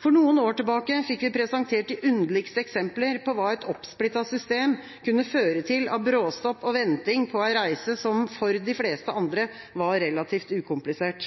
For noen år tilbake fikk vi presentert de underligste eksempler på hva et oppsplittet system kunne føre til av bråstopp og venting på en reise som for de fleste andre var relativt ukomplisert.